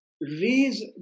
raise